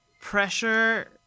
pressure